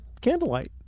candlelight